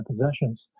possessions